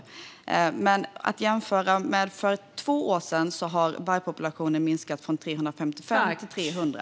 Om man jämför med för två år sedan har vargpopulationen minskat från 355 till 300.